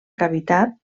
cavitat